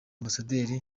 ambasaderi